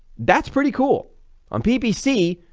that's pretty cool on ppc,